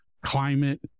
climate